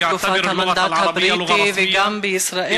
הן בתקופת המנדט הבריטי וגם בישראל.